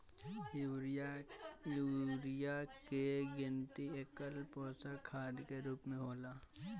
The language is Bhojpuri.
यूरिया के गिनती एकल पोषक खाद के रूप में होला